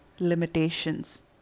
limitations